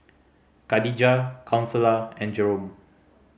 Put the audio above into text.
Kadijah Consuela and Jerome